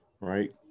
right